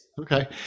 okay